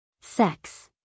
Sex